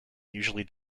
usually